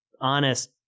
honest